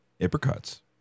Apricots